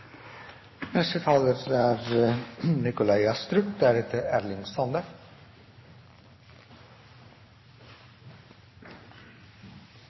Neste taler er Erling Sande, deretter